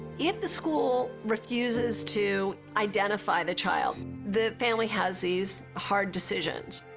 if the school refuses to identify the child the family has these hard decisions.